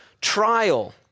trial